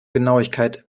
genauigkeit